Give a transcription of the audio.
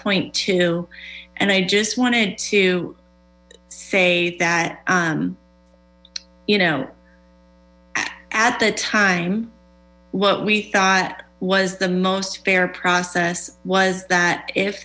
point two and i just wanted to say that you know at the time what we thought was the most fair process was that if